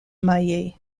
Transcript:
maillet